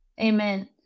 amen